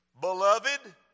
Beloved